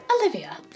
Olivia